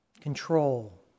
control